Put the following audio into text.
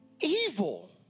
Evil